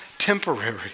temporary